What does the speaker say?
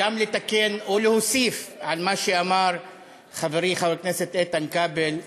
לתקן או להוסיף על מה שאמר חברי איתן כבל,